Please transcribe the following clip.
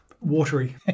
Watery